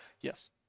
Yes